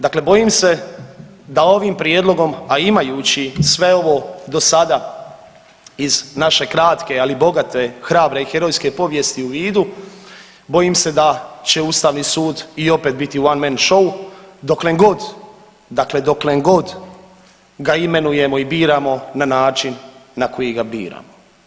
Dakle bojim se da ovim prijedlogom, a imajući sve ovo dosada iz naše kratke, ali bogate, hrabre i herojske povijesti u vidu bojim se da će ustavni sud i opet biti u van men shou doklen god, dakle doklen god ga imenujemo i biramo na način na koji ga biramo.